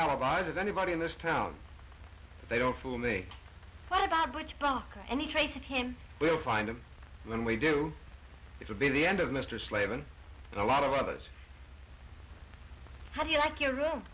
alibis of anybody in this town they don't fool me but about which not any trace of him will find him when we do it would be the end of mr slaven and a lot of others how do you like your room